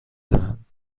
دهند